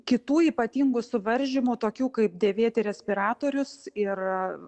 kitų ypatingų suvaržymų tokių kaip dėvėti respiratorius ir